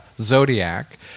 zodiac